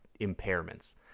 impairments